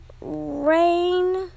rain